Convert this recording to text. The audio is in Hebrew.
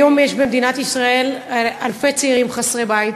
היום יש במדינת ישראל אלפי צעירים חסרי בית,